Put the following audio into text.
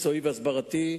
מקצועי והסברתי.